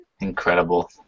Incredible